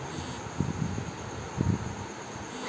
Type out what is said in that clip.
interbank ऋण एक सप्ताह या ओसे कम क परिपक्वता अवधि खातिर होला